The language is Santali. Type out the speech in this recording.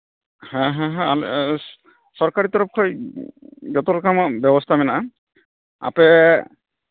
ᱦᱮᱸ ᱦᱮᱸ ᱟᱞᱮ ᱥᱚᱨᱠᱟᱨᱤ ᱛᱚᱨᱚᱯᱷ ᱠᱷᱚᱡ ᱡᱚᱛᱚ ᱞᱮᱠᱟᱱᱟᱜ ᱵᱮᱵᱚᱥᱛᱷᱟ ᱢᱮᱱᱟᱜᱼᱟ ᱟᱯᱮ